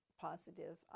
positive